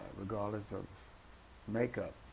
regardless of make-up